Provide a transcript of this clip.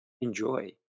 enjoy